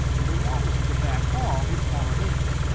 and the walls of the back hall had fallen in.